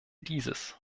dieses